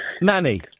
Manny